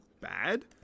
bad